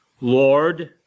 Lord